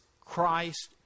Christ